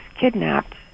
kidnapped